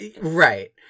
Right